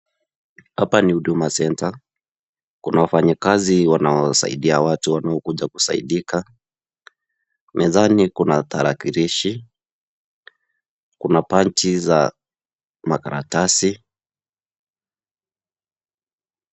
Hapa ni Huduma Center kuna wafanyikazi wanaosaidia watu wanaokuja kusaidika mezani kuna tarakilishi ,kuna panchi za makaratasi.